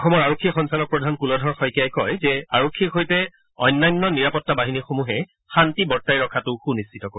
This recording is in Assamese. অসমৰ আৰক্ষী সঞ্চালকপ্ৰাধান কুলধৰ শইকীয়াই কয় যে আৰক্ষীৰ সৈতে অন্যান্য নিৰাপত্তা বাহিনীসমূহে শান্তি বৰ্তাই ৰখাটো সুনিশ্চিত কৰিব